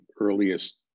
earliest